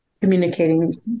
communicating